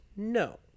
No